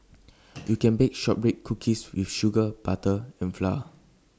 you can bake Shortbread Cookies with sugar butter and flour